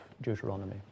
Deuteronomy